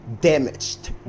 damaged